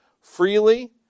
Freely